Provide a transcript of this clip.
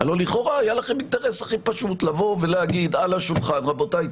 הלוא לכאורה היה לכם אינטרס הכי פשוט לבוא ולהגיד על השולחן: רבותיי,